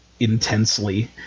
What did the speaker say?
Intensely